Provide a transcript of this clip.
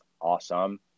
awesome